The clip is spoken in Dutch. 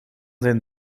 zijn